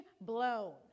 blown